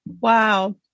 Wow